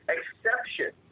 Exception